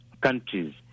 countries